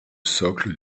socle